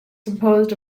composed